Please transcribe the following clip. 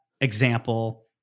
example